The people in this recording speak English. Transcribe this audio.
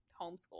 homeschool